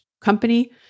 company